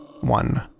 one